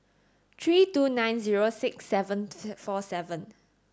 three two nine zero six seven four seven